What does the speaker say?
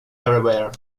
everywhere